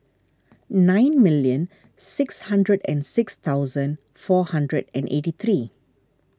nine million six hundred and six thousand four hundred and eighty three